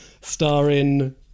starring